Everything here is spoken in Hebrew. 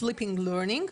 flipping learning.